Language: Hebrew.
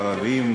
הערבים,